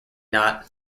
not